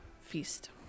feast